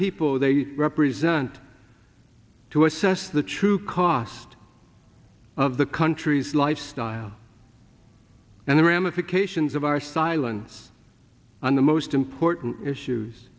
people they represent to assess the true cost of the country's lifestyle and the ramifications of our silence on the most important issues